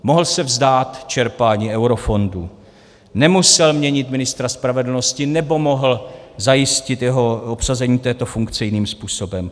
Mohl se vzdát čerpání eurofondů, nemusel měnit ministra spravedlnosti nebo mohl zajistit obsazení této funkce jiným způsobem.